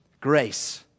grace